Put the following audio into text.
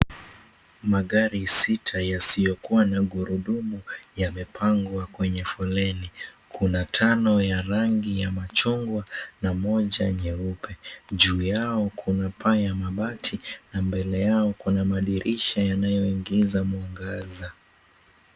Magari sita yasiyokuwa na gurudumu, yamepangwa kwenye foleni. Kuna matano ya rangi ya machungwa na moja nyeupe. Juu yao kuna paa ya mabati, na mbele yao kuna madirisha yanayoingiza mwangaza.